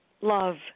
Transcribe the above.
love